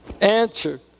Answer